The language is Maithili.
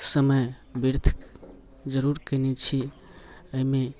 समय बिर्थ जरुर केने छी अइमे